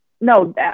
No